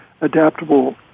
adaptable